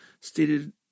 stated